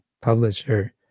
publisher